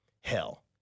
Hell